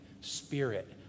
spirit